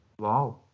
Wow